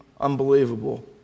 unbelievable